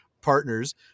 partners